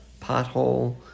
pothole